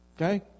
Okay